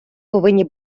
повинні